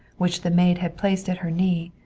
which the maid had placed at her knee,